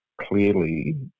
clearly